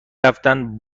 رفتن